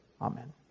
Amen